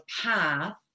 path